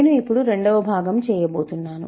నేను ఇప్పుడు రెండవ భాగం చేయబోతున్నాను